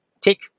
take